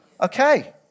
Okay